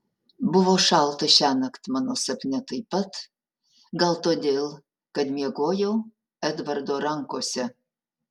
buvo šalta šiąnakt mano sapne taip pat gal todėl kad miegojau edvardo rankose